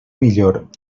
millor